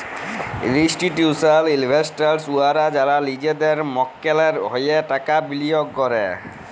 institutional investors উয়ারা যারা লিজেদের মক্কেলের হঁয়ে টাকা বিলিয়গ ক্যরে